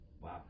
Wow